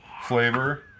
flavor